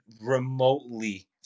remotely